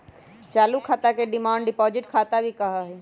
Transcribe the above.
चालू खाता के डिमांड डिपाजिट खाता भी कहा हई